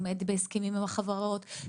עומד בהסכמים עם החברות,